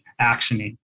actioning